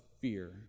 fear